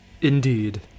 Indeed